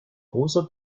großer